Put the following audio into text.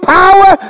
power